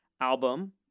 album